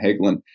Hagelin